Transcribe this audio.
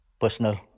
personal